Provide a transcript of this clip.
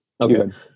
Okay